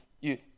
youth